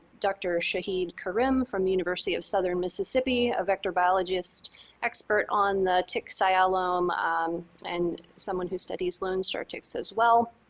dr. shahid karim from the university of southern mississippi, a vector biologist expert on the tick sialome and someone who studies lone star ticks as well.